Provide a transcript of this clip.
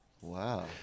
Wow